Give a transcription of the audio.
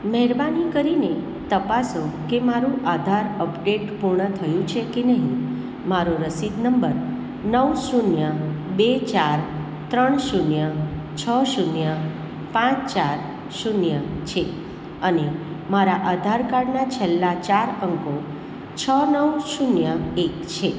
મહેરબાની કરીને તપાસો કે મારું આધાર અપડેટ પૂર્ણ થયું છે કે નહિ મારો રસીદ નંબર નવ શૂન્ય બે ચાર ત્રણ શૂન્ય છ શૂન્ય પાંચ ચાર શૂન્ય છે અને મારા આધાર કાર્ડના છેલ્લા ચાર અંકો છ નવ શૂન્ય એક છે